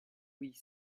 huit